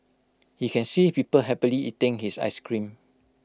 he can see people happily eating his Ice Cream